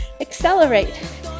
Accelerate